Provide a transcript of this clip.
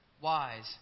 wise